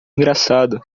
engraçado